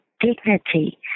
dignity